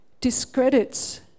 discredits